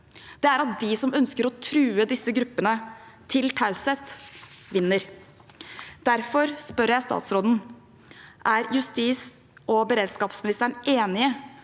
er at de som ønsker å true disse gruppene til taushet, vinner. Derfor spør jeg statsråden: Er justis- og beredskapsministeren enig